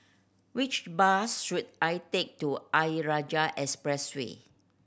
which bus should I take to Ayer Rajah Expressway